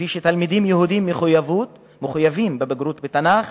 כפי שתלמידים יהודים מחויבים בבגרות בתנ"ך